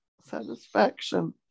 Satisfaction